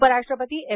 उपराष्ट्रपती एम